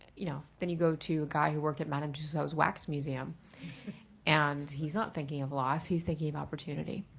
you know, then you go to a guy that worked at madame tussaud's wax museum and he's not thinking of loss. he's thinking of opportunity